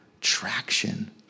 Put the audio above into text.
traction